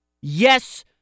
Yes